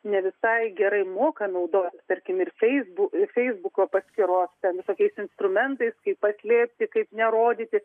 ne visai gerai moka naudotis tarkim ir feisbuk ir feisbuko paskyros ten visokiais instrumentais kaip paslėpti kaip nerodyti